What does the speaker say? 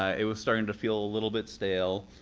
ah it was starting to feel a little bit stale.